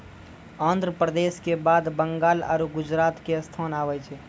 आन्ध्र प्रदेश के बाद बंगाल आरु गुजरात के स्थान आबै छै